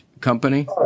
company